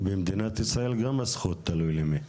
במדינת ישראל גם הזכות תלוי למי.